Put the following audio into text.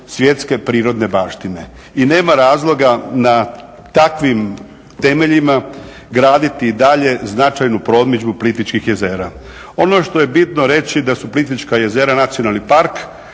svjetske prirodne baštine. I nema razloga na takvim temeljima graditi dalje značajnu promidžbu Plitvičkih jezera. Ono što je bitno reći da su Plitvička jezera nacionalni park